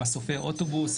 עם מסופי אוטובוס,